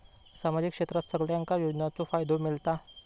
सामाजिक क्षेत्रात सगल्यांका योजनाचो फायदो मेलता?